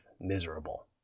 miserable